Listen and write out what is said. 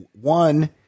one